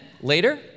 later